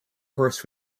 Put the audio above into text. horse